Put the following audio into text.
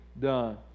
done